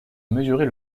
mesurer